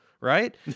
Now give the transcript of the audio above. right